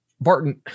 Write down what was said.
Barton